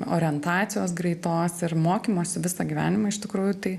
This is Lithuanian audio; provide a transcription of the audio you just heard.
orientacijos greitos ir mokymosi visą gyvenimą iš tikrųjų tai